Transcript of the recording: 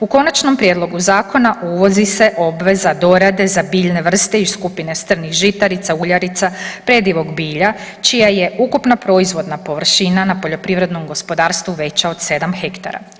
U konačnom prijedlogu zakona uvodi se obveza dorade za biljne vrste i skupine strnih žitarica, uljarica, predivog bilja čija je ukupna proizvodna površina na poljoprivrednom gospodarstvu veća od 7 hektara.